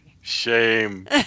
Shame